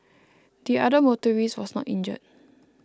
the other motorist was not injured